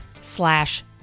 slash